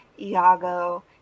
Iago